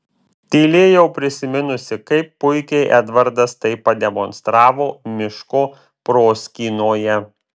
tylėjau prisiminusi kaip puikiai edvardas tai pademonstravo miško proskynoje